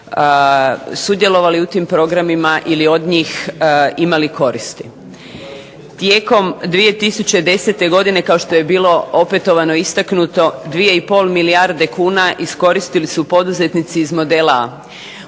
sudjelovali u tim programima ili od njih imali koristi. Tijekom 2010. godine kao što je bilo opetovano istaknuto 2,5 milijarde kuna iskoristili su poduzetnici iz modela A